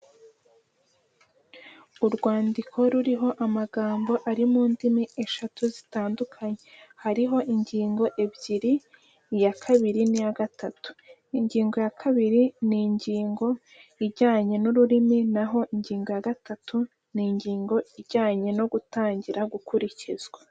Urwandiko ruriho amagambo ari mu ndimi eshatu zitandukanye, hariho ingingo ebyiri iya kabiri n'iya gatatu, ingingo ya kabiri ni ingingo ijyanye n'ururimi naho ingingo ya gatatu ni ingingo ijyanye no gutangira gukurikizwa.